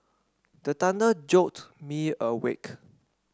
the thunder jolt me awake